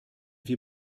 wir